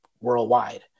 worldwide